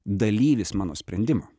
dalyvis mano sprendimo